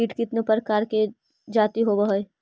कीट कीतने प्रकार के जाती होबहय?